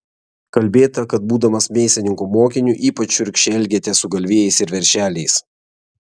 kalbėta kad būdamas mėsininko mokiniu ypač šiurkščiai elgėtės su galvijais ir veršeliais